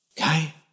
Okay